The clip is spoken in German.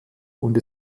und